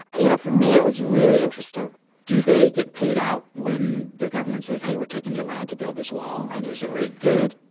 ah you know, for me, it was really interesting do they get paid out when the government says, hey, we're taking your land to build this wall? and is the rate good?